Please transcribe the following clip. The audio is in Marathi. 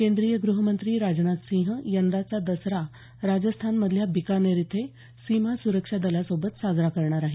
केंद्रीय गृहमंत्री राजनाथ सिंह यंदाचा दसरा राजस्थानमधल्या बिकानेर इथे सीमा सुरक्षा दलासोबत साजरा करणार आहेत